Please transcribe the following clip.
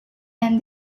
and